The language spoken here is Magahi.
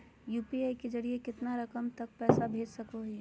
यू.पी.आई के जरिए कितना रकम तक पैसा भेज सको है?